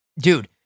Dude